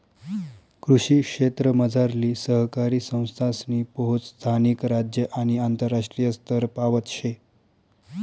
कृषी क्षेत्रमझारली सहकारी संस्थासनी पोहोच स्थानिक, राज्य आणि आंतरराष्ट्रीय स्तरपावत शे